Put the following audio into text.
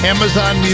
Amazon